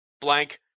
blank